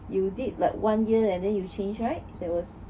you did like one year and then you change right that was